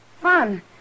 Fun